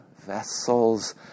vessels